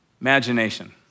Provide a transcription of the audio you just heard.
imagination